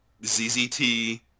ZZT